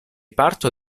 parto